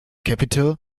capitol